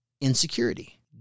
insecurity